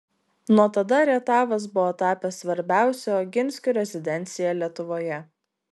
nuo tada rietavas buvo tapęs svarbiausia oginskių rezidencija lietuvoje